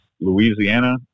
Louisiana